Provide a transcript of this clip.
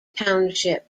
township